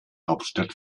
hauptstadt